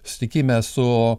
susitikime su